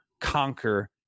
conquer